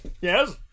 Yes